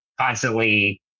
constantly